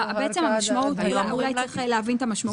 בעצם המשמעות, אולי צריך להבין את המשמעות.